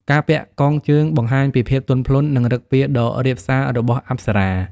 ការពាក់កងជើងបង្ហាញពីភាពទន់ភ្លន់ និងឫកពាដ៏រាបសារបស់អប្សរា។